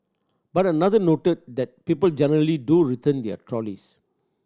but another noted that people generally do return their trays